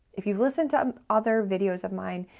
if you've listened to other videos of mine,